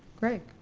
greg?